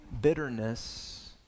bitterness